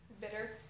bitter